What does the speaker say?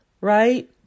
right